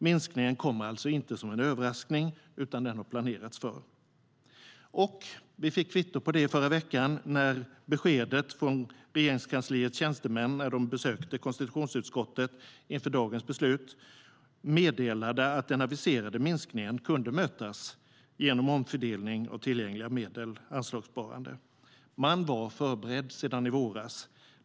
Minskningen kommer alltså inte som en överraskning utan har planerats för. Vi fick kvitto på detta i förra veckan när Regeringskansliets tjänstemän besökte konstitutionsutskottet inför dagens beslut och meddelade att den aviserade minskningen kunde mötas genom omfördelning av tillgängliga medel, anslagssparande. De var förberedda sedan i våras.